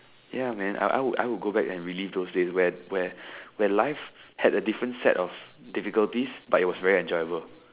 ya man I would I would go back and relive those days where where where life had a different set of difficulties but it was very enjoyable